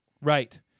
Right